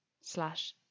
slash